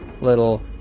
little